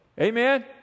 Amen